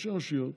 ראשי רשויות